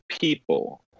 people